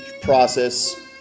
process